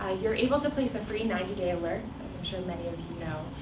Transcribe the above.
ah you're able to place a free ninety day alert, as i'm sure many of you know,